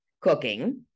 cooking